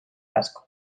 asko